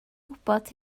gwybod